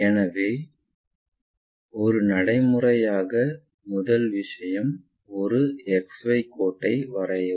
எனவே ஒரு நடைமுறையாக முதல் விஷயம் ஒரு XY கோட்டை வரையவும்